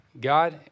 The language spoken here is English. God